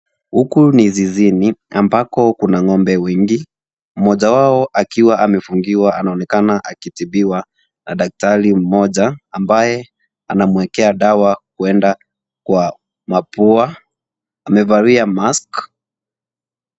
Huku ni zizini ambalo kuna ngombe wengi , mmoja wao akiwa amefungiwa anaonekana akitibiwa n daktari mmoja ambaye anamwekea dawa kuenda Kwa mapua. Amevalia maski.